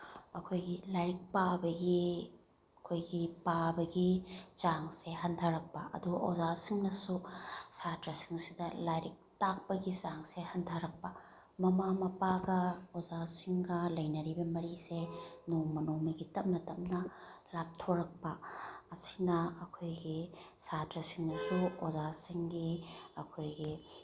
ꯑꯩꯈꯣꯏꯒꯤ ꯂꯥꯏꯔꯤꯛ ꯄꯥꯕꯒꯤ ꯑꯩꯈꯣꯏꯒꯤ ꯄꯥꯕꯒꯤ ꯆꯥꯡꯁꯦ ꯍꯟꯊꯔꯛꯄ ꯑꯗꯣ ꯑꯣꯖꯥꯁꯤꯡꯅꯁꯨ ꯁꯥꯇ꯭ꯔꯁꯤꯡꯁꯤꯗ ꯂꯥꯏꯔꯤꯛ ꯇꯥꯛꯄꯒꯤ ꯆꯥꯡꯁꯦ ꯍꯟꯊꯔꯛꯄ ꯃꯃꯥ ꯃꯄꯥꯒ ꯑꯣꯖꯥꯁꯤꯡꯒ ꯂꯩꯅꯔꯤꯕ ꯃꯔꯤꯁꯦ ꯅꯣꯡꯃ ꯅꯣꯡꯃꯒꯤ ꯇꯞꯅ ꯇꯞꯅ ꯂꯥꯞꯊꯣꯔꯛꯄ ꯑꯁꯤꯅ ꯑꯩꯈꯣꯏꯒꯤ ꯁꯥꯇ꯭ꯔꯁꯤꯡꯅꯁꯨ ꯑꯣꯖꯥꯁꯤꯡꯒꯤ ꯑꯩꯈꯣꯏꯒꯤ